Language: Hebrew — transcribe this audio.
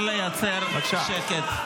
אפשר לייצר שקט.